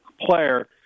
player